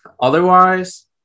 Otherwise